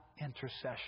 intercession